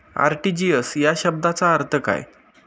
RTGS या शब्दाचा अर्थ काय?